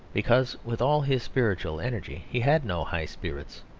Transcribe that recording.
because with all his spiritual energy he had no high spirits.